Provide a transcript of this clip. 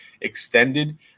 extended